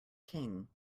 king